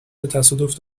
تصادف